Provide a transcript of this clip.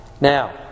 Now